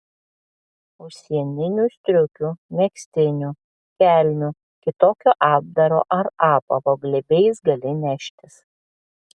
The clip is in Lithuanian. užsieninių striukių megztinių kelnių kitokio apdaro ar apavo glėbiais gali neštis